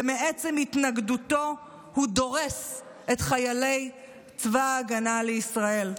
ומעצם התנגדותו הוא דורס את חיילי צבא ההגנה לישראל.